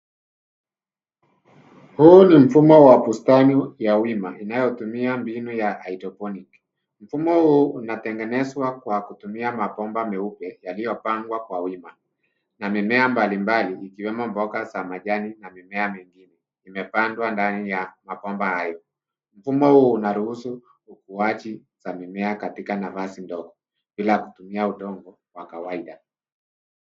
Huu ni mfumo wa bustani wa wima inayotumia mbinu ya hydroponic .Mffumo huu unatengenezwa kwa kutumia mabomba meupe yaliyopangwa kwa wimana mimea mbalimbali ikiwemo mboga za majani na mimea mingine imepandwa ndani ya mabomba hayo. Mfumo huu unaruhusu ukuaji za mimea katika nanfasi ndogo bila kutumia udongo wa kawaida.